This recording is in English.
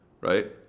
right